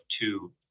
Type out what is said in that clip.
two